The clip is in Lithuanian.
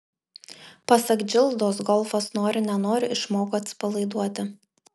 pasak džildos golfas nori nenori išmoko atsipalaiduoti